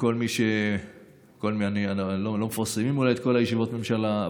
אולי לא מפרסמים את כל ישיבות הממשלה,